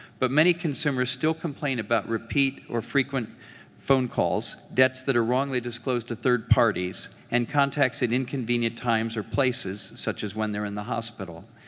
but many consumers still complain about repeat or frequent phone calls debts that are wrongly disclosed to third parties and contacts at inconvenient times or places, such when they are in the hospital.